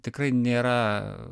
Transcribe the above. tikrai nėra